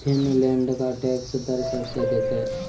Finland का tax दर सबसे अधिक है